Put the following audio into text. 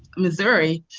missouri,